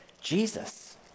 Jesus